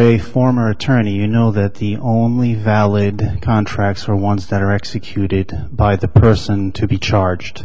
a former attorney you know that the only valid contracts are ones that are executed by the person to be charged